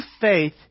faith